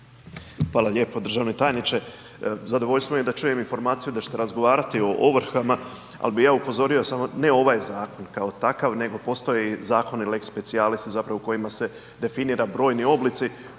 Hvala lijepo. Državni tajniče. Zadovoljstvo mi je da čujem informaciju da ćete razgovarati o ovrhama, ali ja bi upozorio samo, ne ovaj zakon kao takav nego postoje zakoni lex specialis u kojima se definira brojni oblici